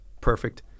perfect